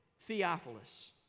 Theophilus